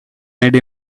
made